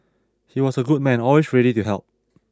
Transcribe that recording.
he was a good man always ready to help